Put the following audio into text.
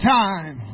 time